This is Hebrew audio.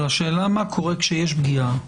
אבל השאלה מה קורה כשיש פגיעה,